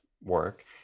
work